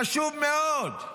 חשוב מאוד,